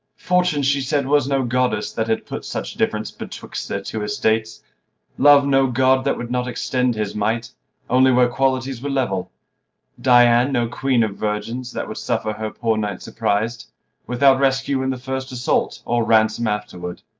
fortune, she said, was no goddess, that had put such difference betwixt their two estates love no god, that would not extend his might only where qualities were level diana no queen of virgins, that would suffer her poor knight surpris'd without rescue in the first assault, or ransom afterward.